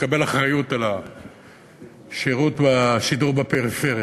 תקבל אחריות על השירות בשידור בפריפריה.